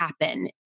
happen